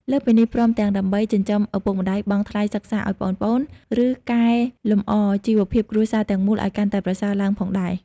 លើសពីនេះ ព្រមទាំងដើម្បីចិញ្ចឹមឪពុកម្តាយ បង់ថ្លៃសិក្សាឱ្យប្អូនៗ ឬកែលម្អជីវភាពគ្រួសារទាំងមូលឱ្យកាន់តែប្រសើរឡើងផងដែរ។